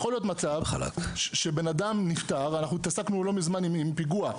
יכול להיות מצב שבן אדם נפטר ואנחנו התעסקנו לא מזמן עם פיגוע,